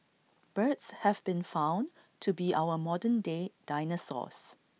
birds have been found to be our modern day dinosaurs